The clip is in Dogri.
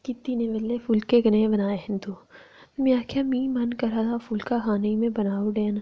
कि दिनें बेल्लै फुल्के कनेह् बनाए हे तू में आखेआ मी मन करै दा हा फुल्का खाने ई में बनाई ओड़े न